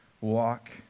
walk